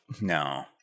No